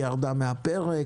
היא ירדה מהפרק,